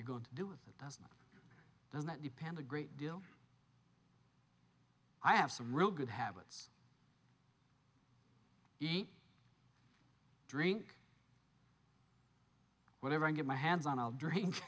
you go to do with it does doesn't it depend a great deal i have some real good habits eat drink whenever i get my hands on i'll drink